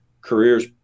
careers